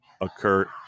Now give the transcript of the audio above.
occur